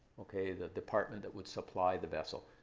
ok? the department that would supply the vessel.